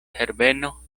herbeno